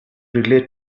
relate